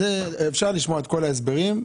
אפשר לשמוע את כל ההסברים.